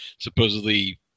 supposedly